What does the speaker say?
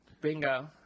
Bingo